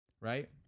right